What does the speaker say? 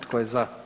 Tko je za?